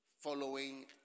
following